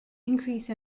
increase